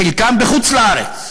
חלקם בחוץ-לארץ,